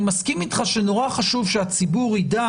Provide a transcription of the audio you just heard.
אני מסכים אתך שנורא חשוב שהציבור ידע